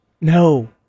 no